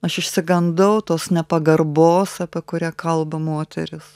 aš išsigandau tos nepagarbos apie kurią kalba moterys